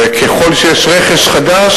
ככל שיש רכש חדש,